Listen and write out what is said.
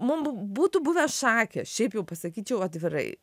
mum būtų buvę šakės šiaip jau pasakyčiau atvirai